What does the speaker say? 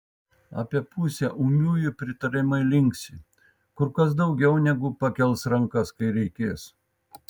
apie pusę ūmiųjų pritariamai linksi kur kas daugiau negu pakels rankas kai reikės